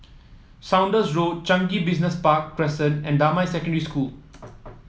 Saunders Road Changi Business Park Crescent and Damai Secondary School